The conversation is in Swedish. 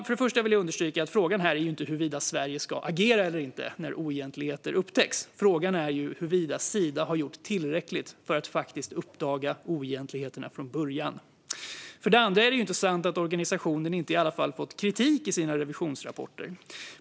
För det första vill jag understryka att frågan här inte är huruvida Sverige ska agera eller inte när oegentligheter upptäcks. Frågan är huruvida Sida har gjort tillräckligt för att faktiskt uppdaga oegentligheterna från början. För det andra är det inte sant att organisationen inte har fått kritik i sina revisionsrapporter.